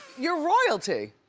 you're royalty.